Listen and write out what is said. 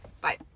bye